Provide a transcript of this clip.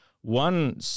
one